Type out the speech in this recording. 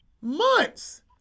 Months